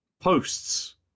Posts